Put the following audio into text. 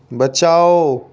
बचाओ